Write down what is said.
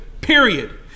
Period